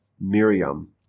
Miriam